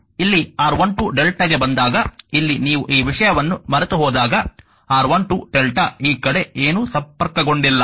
ಇಲ್ಲಿ R12 lrmΔಗೆ ಬಂದಾಗ ಇಲ್ಲಿ ನೀವು ಈ ವಿಷಯವನ್ನು ಮರೆತುಹೋದಾಗ R1 2 lrmΔ ಈ ಕಡೆ ಏನೂ ಸಂಪರ್ಕಗೊಂಡಿಲ್ಲ